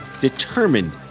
determined